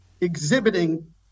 exhibiting